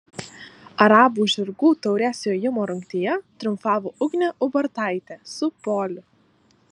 arabų žirgų taurės jojimo rungtyje triumfavo ugnė ubartaitė su poliu